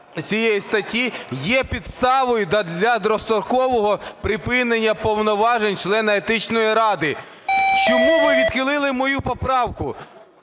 цієї статті є підставою для дострокового припинення повноважень члена Етичної ради. Чому ви відхилили мою поправку,